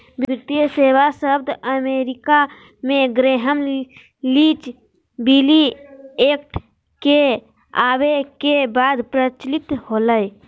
वित्तीय सेवा शब्द अमेरिका मे ग्रैहम लीच बिली एक्ट के आवे के बाद प्रचलित होलय